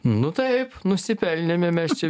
nu taip nusipelnėme mes čia